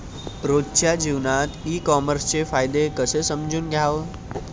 रोजच्या जीवनात ई कामर्सचे फायदे कसे समजून घ्याव?